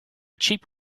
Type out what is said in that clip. cheap